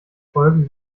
folgen